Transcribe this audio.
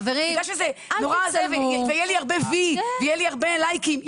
בגלל שיהיה לי הרבה V ויהיה לי הרבה לייקים,